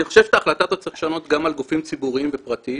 אני חושב שאת ההחלטה הזאת צריך לשנות גם אצל גופים ציבוריים ופרטיים,